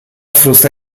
frusta